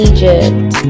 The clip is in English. Egypt